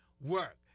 work